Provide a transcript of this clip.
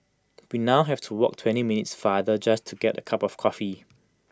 we now have to walk twenty minutes farther just to get A cup of coffee